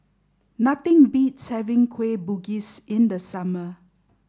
nothing beats having Kueh Bugis in the summer